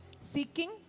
Seeking